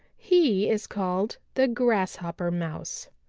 he is called the grasshopper mouse.